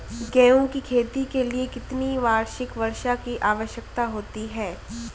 गेहूँ की खेती के लिए कितनी वार्षिक वर्षा की आवश्यकता होती है?